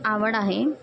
आवड आहे